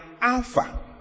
Alpha